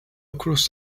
across